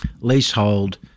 Leasehold